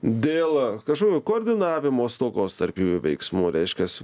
dėl kažkokio koordinavimo stokos tarp jųjų veiksmų reiškias